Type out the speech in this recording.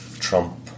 Trump